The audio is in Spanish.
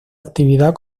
actividad